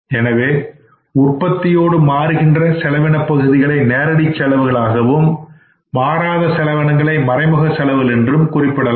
எனவே உற்பத்தியோடு மாறுகின்ற செலவினப்பகுதிகளை நேரடி செலவுகள் ஆகவும் மாறாசெலவினங்களை மறைமுக செலவுகள் என்றும் குறிப்பிடலாம்